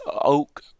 Oak